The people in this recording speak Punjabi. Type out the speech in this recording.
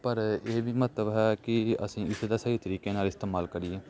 ਪਰ ਇਹ ਵੀ ਮਹੱਤਵ ਹੈ ਕਿ ਅਸੀਂ ਇਸ ਦਾ ਸਹੀ ਤਰੀਕੇ ਨਾਲ ਇਸਤੇਮਾਲ ਕਰੀਏ